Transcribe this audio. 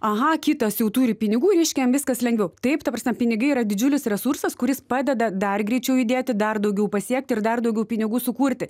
aha kitas jau turi pinigų reiškia jam viskas lengviau taip ta prasme pinigai yra didžiulis resursas kuris padeda dar greičiau judėti dar daugiau pasiekti ir dar daugiau pinigų sukurti